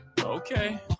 Okay